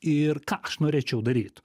ir ką aš norėčiau daryt